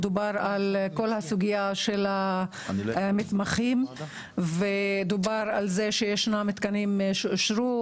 דובר על כל הסוגיה של המתמחים ודובר על זה שישנם תקנים שאושרו,